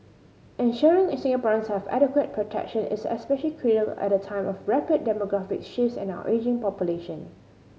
ensuring Singaporeans have adequate protection is especially at a time of rapid demographic shifts and our ageing population